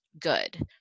good